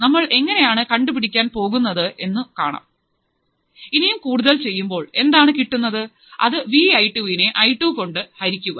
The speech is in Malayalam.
നമ്മൾ എങ്ങനെ ആണ് കണ്ടു പിടിക്കാൻ പോകുന്നത് എന്നു കാണാം ഇനിയും കൂടുതൽ ചെയ്യുമ്പോൾ എന്താണ് കിട്ടുന്നത് അത് വിഐ ടു വിനെ ഐടു കൊണ്ട് ഹരിക്കുക